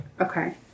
Okay